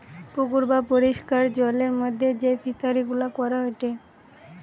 পুকুর বা পরিষ্কার জলের মধ্যে যেই ফিশারি গুলা করা হয়টে